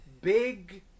Big